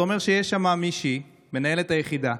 זה אומר שיש שם מישהי, מנהלת היחידה,